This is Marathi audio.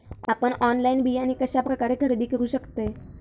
आपन ऑनलाइन बियाणे कश्या प्रकारे खरेदी करू शकतय?